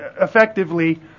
Effectively